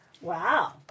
Wow